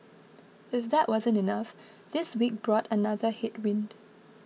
if that wasn't enough this week brought another headwind